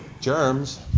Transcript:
germs